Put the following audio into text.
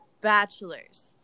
bachelor's